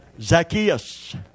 Zacchaeus